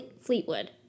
Fleetwood